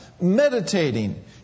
Meditating